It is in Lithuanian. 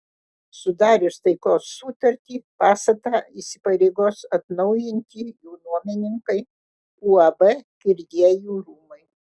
sudarius taikos sutartį pastatą įsipareigos atnaujinti jų nuomininkai uab kirdiejų rūmai